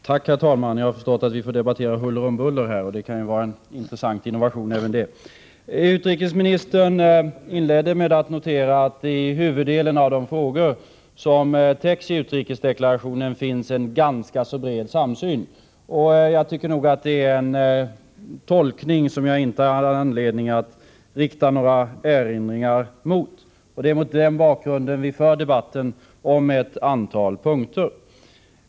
Herr talman! Jag har förstått att vi här får debattera huller om buller. Det kan vara en intressant innovation. Utrikesministern inledde med att notera att det i huvuddelen av de frågor som täcks av utrikesdeklarationen finns en ganska bred samsyn. Det är en tolkning som jag inte har anledning att rikta några erinringar emot. Det är mot denna bakgrund som vi nu för debatten om ett antal punkter.